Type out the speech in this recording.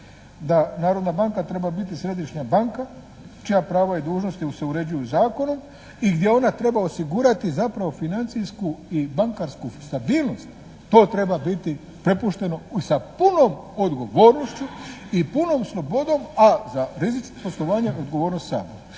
da Narodna banka treba biti Središnja banka čija prava i dužnosti se uređuju zakonom i gdje ona treba osigurati zapravo financijsku i bankarsku stabilnost. To treba biti prepušteno sa punom odgovornošću i punom slobodom a za rizik poslovanja odgovornost Sabora.